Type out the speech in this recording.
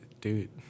Dude